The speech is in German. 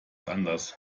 anders